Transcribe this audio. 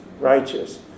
Righteous